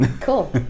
Cool